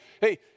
hey